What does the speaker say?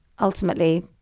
ultimately